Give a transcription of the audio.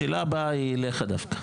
השאלה הבאה היא אליך דווקא.